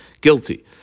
guilty